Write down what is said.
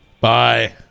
Bye